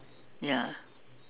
ya